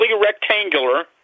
rectangular